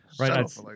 right